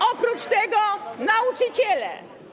Oprócz tego nauczyciele.